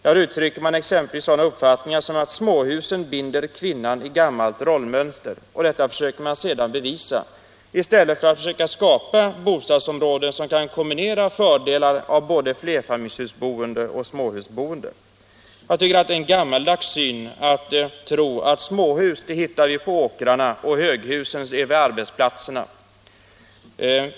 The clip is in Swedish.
Där uttrycker man exempelvis sådana uppfattningar som att småhusen binder kvinnan i gammalt rollmönster, och detta försöker man sedan bevisa i stället för att försöka skapa bostadsområden där man kan kombinera fördelar av både flerfamiljsboende och småhusboende. Jag tycker det är en gammaldags syn att tro att vi hittar småhusen på åkrarna och höghusen vid arbetsplatserna.